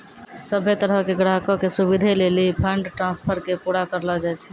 सभ्भे तरहो के ग्राहको के सुविधे लेली फंड ट्रांस्फर के पूरा करलो जाय छै